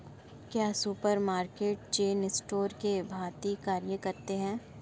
क्या supermarket chain store की भांति कार्य करते हैं?